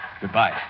Goodbye